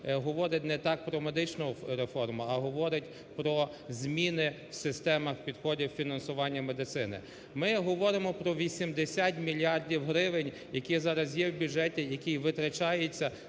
говорить не так про медичну реформу, а говорить про зміни в системах підходів фінансування медицини. Ми говоримо про 80 мільярдів гривень, які зараз є в бюджеті, який витрачаються